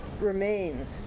remains